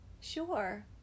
Sure